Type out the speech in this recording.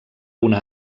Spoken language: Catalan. una